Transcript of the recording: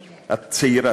את צעירה,